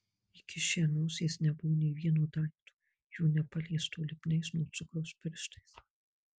įkišę nosies nebuvo nė vieno daikto jų nepaliesto lipniais nuo cukraus pirštais